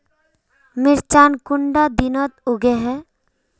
मिर्चान कुंडा दिनोत उगैहे?